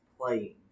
playing